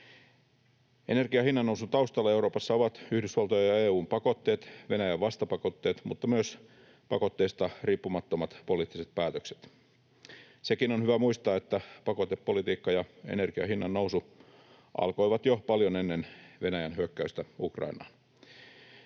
Energian hinnannousun taustalla Euroopassa ovat Yhdysvaltojen ja EU:n pakotteet, Venäjän vastapakotteet mutta myös pakotteista riippumattomat poliittiset päätökset. Sekin on hyvä muistaa, että pakotepolitiikka ja energian hinnannousu alkoivat jo paljon ennen Venäjän hyökkäystä Ukrainaan.